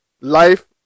life